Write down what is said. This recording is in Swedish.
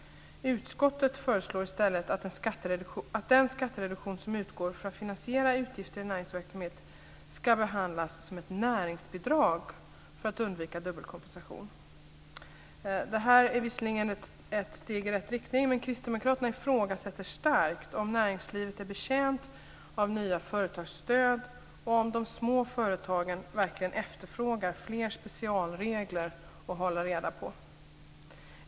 Utskottet föreslår i stället att den skattereduktion som utgår för att finansiera utgifter i näringsverksamhet ska behandlas som ett näringsbidrag för att undvika dubbelkompensation. Det här är visserligen ett steg i rätt riktning men kristdemokraterna ifrågasätter starkt om näringslivet är betjänt av nya företagsstöd och om de små företagen verkligen efterfrågar fler specialregler att hålla reda på.